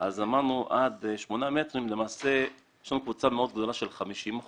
אז אמרנו שעד שמונה מטרים למעשה יש לנו קבוצה מאוד גדולה של 50%,